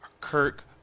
Kirk